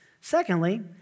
Secondly